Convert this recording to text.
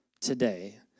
today